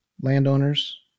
landowners